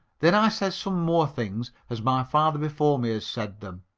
then i said some more things as my father before me had said them,